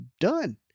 done